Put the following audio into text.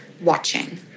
watching